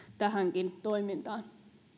tähänkin toimintaan